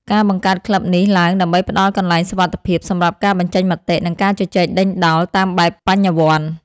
ការបង្កើតក្លឹបនេះឡើងដើម្បីផ្ដល់កន្លែងសុវត្ថិភាពសម្រាប់ការបញ្ចេញមតិ និងការជជែកដេញដោលតាមបែបបញ្ញវន្ត។